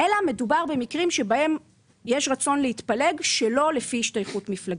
אלא מדובר במקרים בהם יש רצון להתפלג שלא לפי השתייכות מפלגתית.